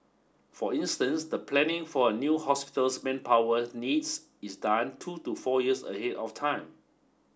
for instance the planning for a new hospital's manpower needs is done two to four years ahead of time